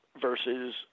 Versus